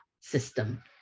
system